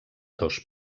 dos